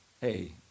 hey